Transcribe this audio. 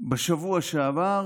בשבוע שעבר